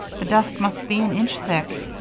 the dust must be an inch thick.